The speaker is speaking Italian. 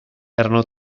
erano